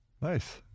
Nice